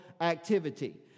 activity